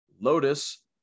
Lotus